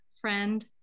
friend